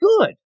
good